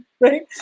right